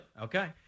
Okay